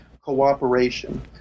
cooperation